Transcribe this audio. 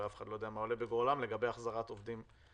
ואף אחד לא יודע מה עולה בגורלם לגבי החזרת עובדים לעבודה.